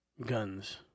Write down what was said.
guns